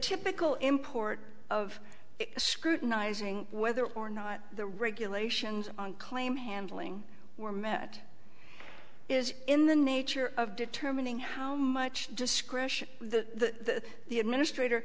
typical import of scrutinizing whether or not the regulations on claim handling were met is in the nature of determining how much discretion the